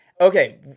Okay